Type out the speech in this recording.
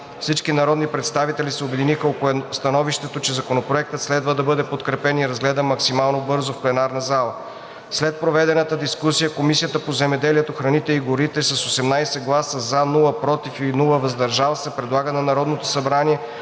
Всички народни представители се обединиха около становището, че Законопроектът следва да бъде подкрепен и разгледан максимално бързо в пленарна зала. След проведената дискусия Комисията по земеделието, храните и горите с 18 гласа „за”, без „против” и „въздържал се” предлага на Народното събрание